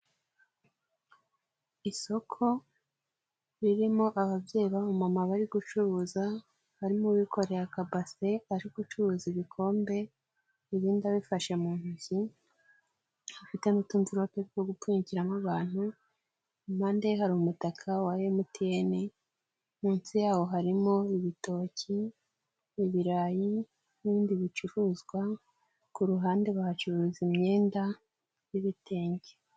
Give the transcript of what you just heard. Isoko ririmo ababyeyi b'abamama bari gucuruza, harimo bikore akabase ari gucuruza ibikombe ibindi abifashe mu ntoki, afitemo utumvilope two gupfukiramo abantu impande ye hari umutaka wa MTN, munsi yawo harimo ibitoki, ibirayi, n'ibindi bicuruzwa, ku ruhande bahacururiza imyenda y'ibitenge.